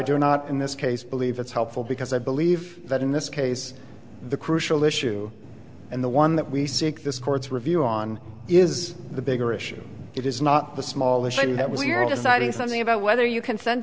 do not in this case believe it's helpful because i believe that in this case the crucial issue and the one that we seek this court's review on is the bigger issue it is not the small issue that was your deciding something about whether you can sen